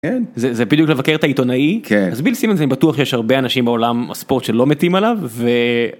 כן, זה בדיוק לבקר את העיתונאי כן זה בטוח יש הרבה אנשים בעולם הספורט שלא מתים עליו.